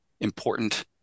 important